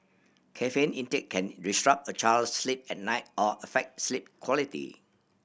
caffeine intake can disrupt a child's sleep at night or affect sleep quality